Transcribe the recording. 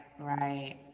right